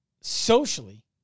socially